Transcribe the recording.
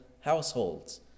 households